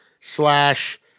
slash